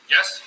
Yes